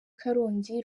karongi